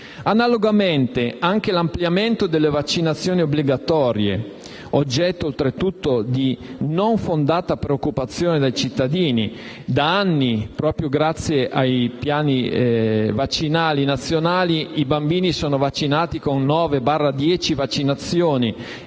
Analogamente, anche rispetto all'ampliamento delle vaccinazioni obbligatorie, oggetto oltretutto di non fondata preoccupazione dei cittadini, rilevo che da anni proprio grazie ai piani vaccinali nazionali i bambini ricevono 9-10 vaccinazioni